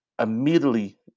Immediately